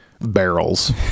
barrels